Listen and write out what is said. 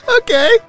Okay